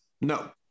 No